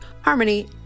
harmony